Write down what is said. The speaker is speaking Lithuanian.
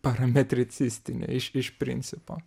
parametricistinė iš iš principo